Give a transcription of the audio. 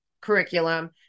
curriculum